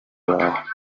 wawe